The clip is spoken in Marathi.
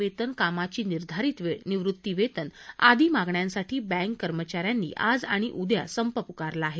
समान काम समान वेतन कामाची निर्धारित वेळ निवृत्तीवेतन आदी मागण्यांसाठी बँक कर्मचाऱ्यांनी आज आणि उद्या संप प्कारला आहे